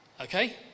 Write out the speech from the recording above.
okay